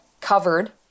covered